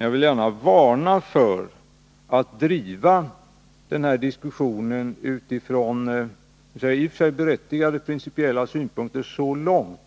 Jag vill varna för att driva den här diskussionen utifrån i och för sig berättigade principiella synpunkter så långt